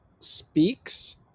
speaks